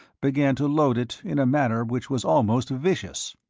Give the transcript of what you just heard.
began to load it in a manner which was almost vicious.